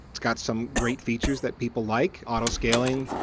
it's got some great features that people like, auto scaling,